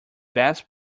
best